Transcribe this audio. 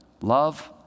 Love